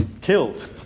killed